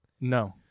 No